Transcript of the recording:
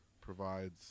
provides